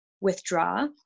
withdraw